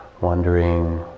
wondering